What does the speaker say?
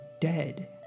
dead